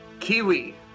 Kiwi